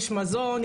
יש מזון,